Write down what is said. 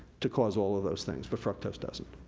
to cause all of those things, but fructose doesn't.